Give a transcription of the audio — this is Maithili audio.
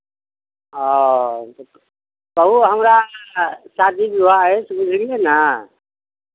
ओ कहू हमरा शादी विवाह अछि बुझलियै ने